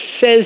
says